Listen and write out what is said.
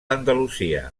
andalusia